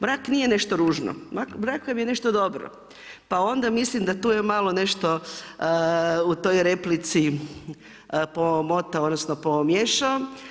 Mrak nije nešto ružno, mrak vam je nešto dobro, pa onda mislim da tu je malo nešto u toj replici pomotao, odnosno pomiješao.